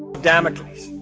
damocles,